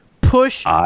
push